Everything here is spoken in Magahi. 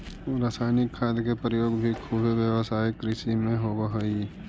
रसायनिक खाद के प्रयोग भी खुबे व्यावसायिक कृषि में होवऽ हई